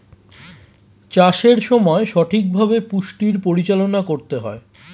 চাষের সময় সঠিকভাবে পুষ্টির পরিচালনা করতে হয়